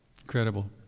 incredible